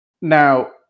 Now